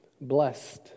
Blessed